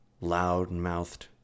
loud-mouthed